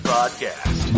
Podcast